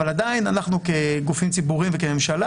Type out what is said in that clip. אבל עדיין אנחנו כגופים ציבוריים וכממשלה